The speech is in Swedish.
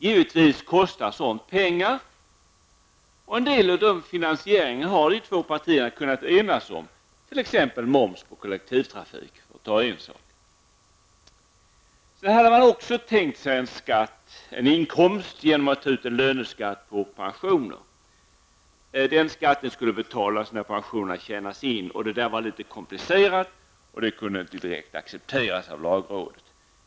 Givetvis kostar sådant pengar, och en del av finansieringen har de två partierna kunnat enas om -- t.ex. beträffande moms på kollektivtrafiken, för att nämna en sak. Sedan hade man också tänkt sig en inkomst genom att ta ut en löneskatt på pensioner. Den skatten skulle betalas när pensionerna tjänas in. Det där var litet komplicerat, och det kunde inte direkt accepteras av lagrådet.